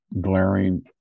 glaring